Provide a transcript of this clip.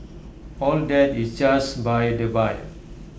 all that is just by the by